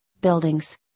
buildings